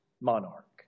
monarch